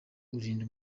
urinda